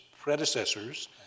predecessors